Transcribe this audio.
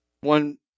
One